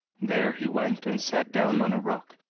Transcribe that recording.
there he went and sat down on a rock,